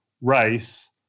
race